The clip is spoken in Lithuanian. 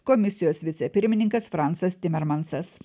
komisijos vicepirmininkas francas timermansas